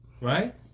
right